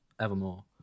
Evermore